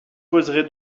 poserai